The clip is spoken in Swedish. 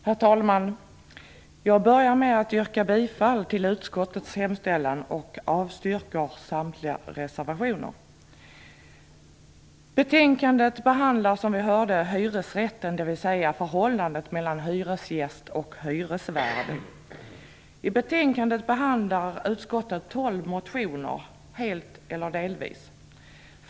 Herr talman! Jag börjar med att yrka bifall till utskottets hemställan och avslag på samtliga reservationer. Betänkandet behandlar som vi hörde hyresrätten, dvs. förhållandet mellan hyresgäster och hyresvärdar. I betänkandet behandlar utskottet tolv motioner, helt eller delvis.